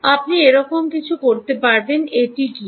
আপনি এরকম কিছু করতে পারতেন এটি কী